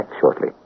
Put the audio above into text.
shortly